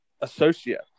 Associate